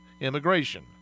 immigration